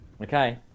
Okay